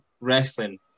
wrestling